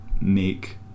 make